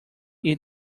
eat